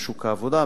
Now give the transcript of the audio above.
בשוק העבודה,